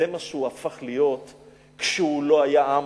זה מה שהוא הפך להיות כשהוא לא היה עם.